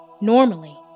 Normally